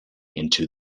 into